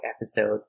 episode